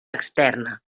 externa